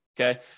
okay